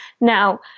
Now